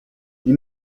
you